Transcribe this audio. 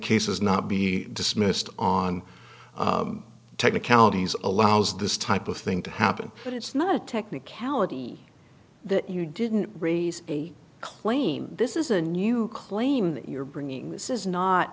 cases not be we dismissed on technicalities allows this type of thing to happen but it's not a technicality that you didn't raise a claim this is a new claim you're bringing this is not